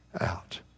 out